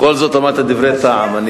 בכל זאת אמרת דברי טעם.